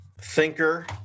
thinker